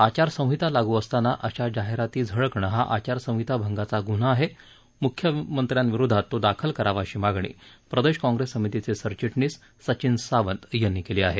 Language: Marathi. आचारसंहिता लागू असताना अशा जाहिराती झळकनं हा आचारसंहिता भंगाचा गुन्हा आहे मुख्यमंत्र्यांविरोधात तो दाखल करावा अशी मागणी प्रदेश काँग्रेस समितीचे सरचिटणीस सचिन सावंत यांनी केली आहे